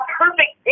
perfect